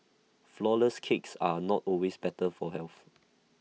Flourless Cakes are not always better for health